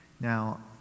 Now